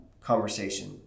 conversation